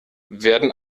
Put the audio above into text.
werden